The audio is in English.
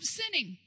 sinning